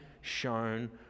shown